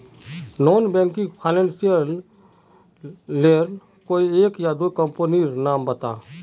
Non banking financial लेर कोई एक या दो कंपनी नीर नाम बता?